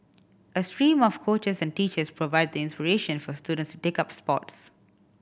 a stream of coaches and teachers provide the inspiration for students to take up sports